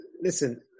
Listen